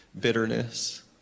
bitterness